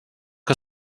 que